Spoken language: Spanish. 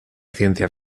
ciencia